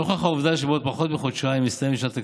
נוכח העובדה שבעוד פחות מחודשיים מסתיימת שנת הכספים,